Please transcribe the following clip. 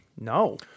No